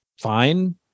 fine